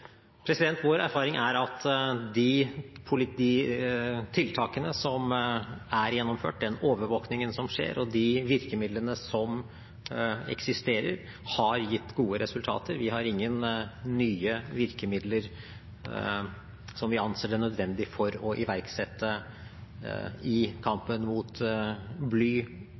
Vår erfaring er at de tiltakene som er gjennomført, den overvåkningen som skjer, og de virkemidlene som eksisterer, har gitt gode resultater. Vi har ingen nye virkemidler som vi anser for nødvendig å iverksette i kampen mot bly